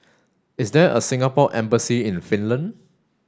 is there a Singapore embassy in Finland